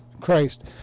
Christ